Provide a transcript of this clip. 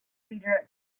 leader